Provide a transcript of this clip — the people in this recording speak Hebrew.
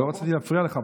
לא רציתי להפריע לך,